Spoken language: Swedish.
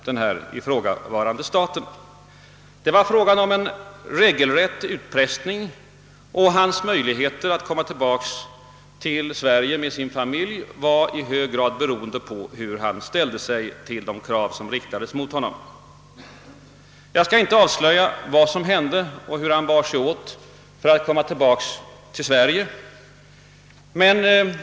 Det var fråga om en regelrätt utpressning, och hans möjligheter att komma tillbaka till Sverige med sin familj var i hög grad beroende av hur han ställde sig till de krav som riktades mot honom. Jag skall inte avslöja vad som hände och hur han bar sig åt för att komma åter till Sverige.